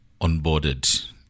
onboarded